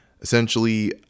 essentially